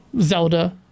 Zelda